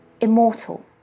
immortal